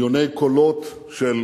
מיליוני קולות של